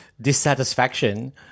dissatisfaction